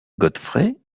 godfrey